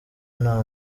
nta